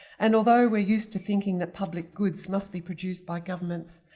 and although we're used to thinking that public goods must be produced by governments,